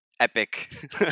epic